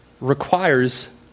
requires